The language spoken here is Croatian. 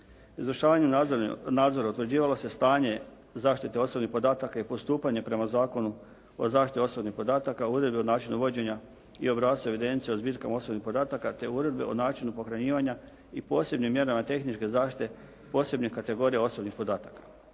Izvršavanjem nadzora utvrđivalo se stanje zaštite osobnih podataka i postupanje prema Zakonu o zaštiti osobnih podataka, uredbu o načinu vođenja i obrasca i evidencija o zbirkama osobnih podataka, te uredbe o načinu pohranjivanja i posebnim mjerama tehničke zaštite posebnih kategorija osobnih podataka.